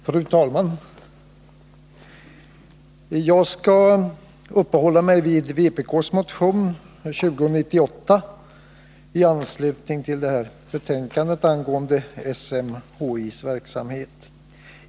Fru talman! Jag skall uppehålla mig vid vpk:s motion 2098 i anslutning till trafikutskottets betänkande 27 angående SMHI:s verksamhet.